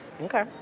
Okay